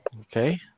okay